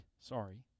sorry